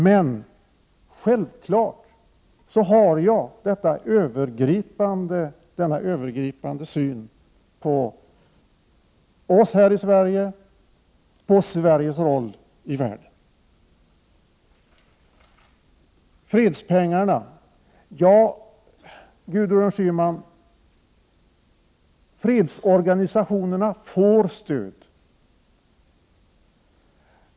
Men självfallet har jag denna övergripande syn på oss här i Sverige, på Sveriges roll i världen. När det gäller pengarna till fredsarbete vill jag till Gudrun Schyman säga att fredsorganisationerna får stöd.